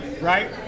right